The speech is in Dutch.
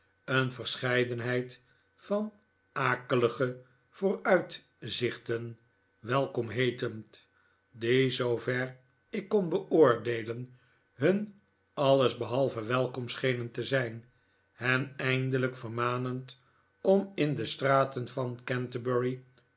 een verscheidenheid van akelige vooruitzichten welkom heetend die zoover ik kon beoordeelen hun alles behalve welkom schenen te zijn hen eindelijk vermanend om in de straten van canterbury